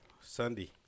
Sunday